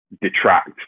detract